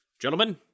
Gentlemen